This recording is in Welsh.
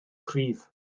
cryf